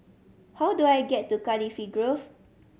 how do I get to Cardifi Grove